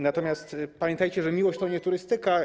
Natomiast pamiętajcie, że miłość to nie turystyka.